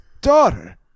daughter